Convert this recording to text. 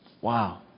Wow